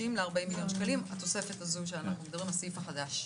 40-30 מיליון שקלים זה התוספת של הסעיף החדש.